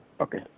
Okay